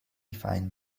find